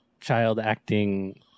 child-acting